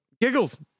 Giggles